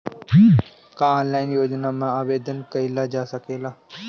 का ऑनलाइन योजना में आवेदन कईल जा सकेला?